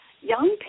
young